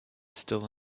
still